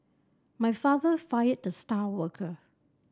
my father fired the star worker